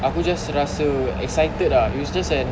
aku just rasa excited ah it was just an